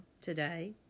today